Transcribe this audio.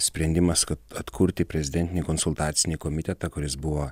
sprendimas kad atkurti prezidentinį konsultacinį komitetą kuris buvo